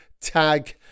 tag